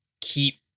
keep